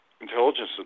intelligence